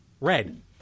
Red